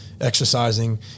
exercising